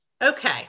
Okay